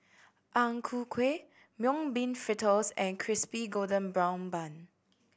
Ang Ku Kueh Mung Bean Fritters and Crispy Golden Brown Bun